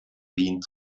wien